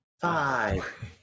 Five